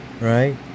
right